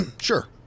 Sure